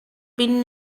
been